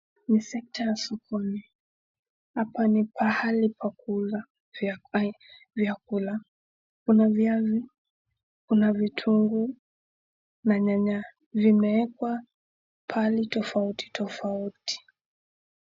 Ni sekta ya sokoni hapa ni pahali pa kuuza vyakula. Kuna viazi, kuna vitunguu na nyanya. Vimewekwa pahali tofauti tofauti.